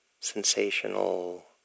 sensational